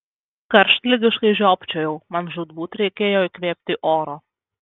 karštligiškai žiopčiojau man žūtbūt reikėjo įkvėpti oro